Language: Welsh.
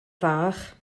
fach